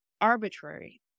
arbitrary